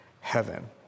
heaven